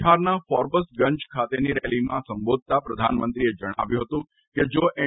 બિહારના ફોર્બસગંજ ખાતે રેલીને સંબોધતા પ્રધાનમંત્રીએ જણાવ્યું હતું કે જો એન